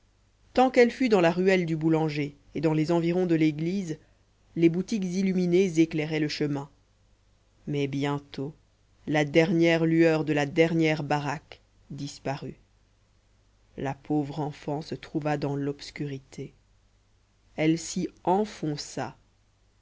tant qu'elle fut dans la ruelle du boulanger et dans les environs de l'église les boutiques illuminées éclairaient le chemin mais bientôt la dernière lueur de la dernière baraque disparut la pauvre enfant se trouva dans l'obscurité elle s'y enfonça